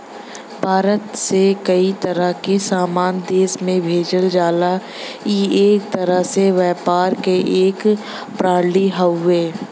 भारत से कई तरह क सामान देश में भेजल जाला ई एक तरह से व्यापार क एक प्रणाली हउवे